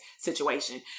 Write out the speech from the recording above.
situation